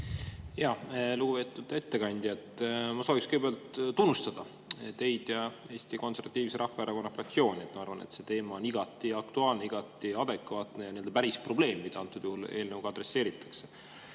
Lugupeetud ettekandja! Ma soovin kõigepealt tunnustada teid ja Eesti Konservatiivse Rahvaerakonna fraktsiooni. Ma arvan, et see teema on igati aktuaalne, igati adekvaatne ja nii-öelda päris probleem, mida antud juhul eelnõuga adresseeritakse.